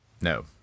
No